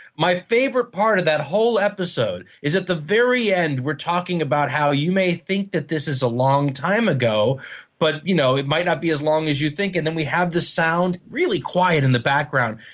my favorite part of that whole episode is at the very end we're talking about how you may think that this is a long time ago but you know it might not be as long as you think. and then we have this sound, really quiet in the background,